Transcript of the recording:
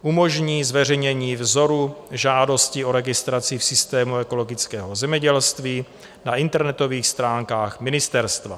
Umožní zveřejnění vzoru žádosti o registraci v systému ekologického zemědělství na internetových stránkách ministerstva.